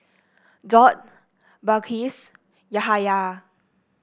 Daud Balqis Yahaya